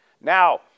Now